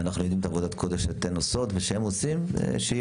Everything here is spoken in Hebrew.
אנחנו יודעים את עבודת הקודש שאתן והם עושים.